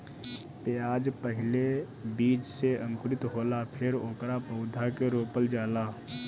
प्याज पहिले बीज से अंकुरित होला फेर ओकरा पौधा के रोपल जाला